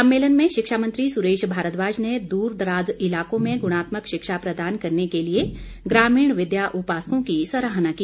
सम्मेलन में शिक्षा मंत्री सुरेश भारद्वाज ने दूरदराज इलाकों में गुणात्मक शिक्षा प्रदान करने के लिए ग्रामीण विद्या उपासकों की सराहना की